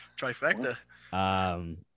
Trifecta